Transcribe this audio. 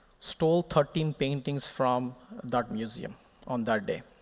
stole thirteen paintings from the art museum on that day.